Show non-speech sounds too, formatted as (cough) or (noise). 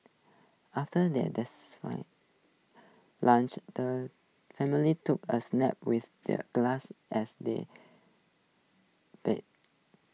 after their (unintelligible) lunch the family took A snap with the grass as their bed